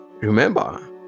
remember